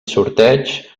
sorteig